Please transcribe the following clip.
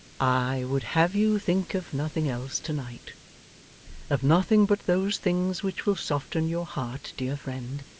i would have you think of nothing else to-night of nothing but those things which will soften your heart, dear friend,